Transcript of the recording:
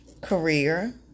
Career